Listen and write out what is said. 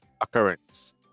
occurrence